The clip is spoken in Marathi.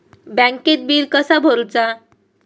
बँकेत बिल कसा भरुचा?